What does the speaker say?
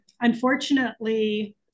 unfortunately